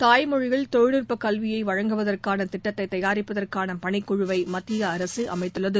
தாய்மொழியில் தொழில்நுட்ப கல்வியை வழங்குவதற்கான திட்டத்தை தயாரிப்பதற்கான பணிக்குழுவை மத்திய அரசு அமைத்துள்ளது